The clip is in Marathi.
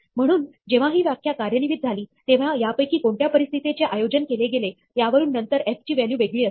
म्हणून जेव्हा ही व्याख्या कार्यान्वित झाली तेव्हा यापैकी कोणत्या परिस्थिती चे आयोजन केले गेले यावरून नंतर f ची व्हॅल्यू वेगळी असेल